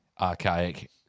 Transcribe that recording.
archaic